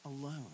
alone